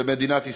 במדינת ישראל.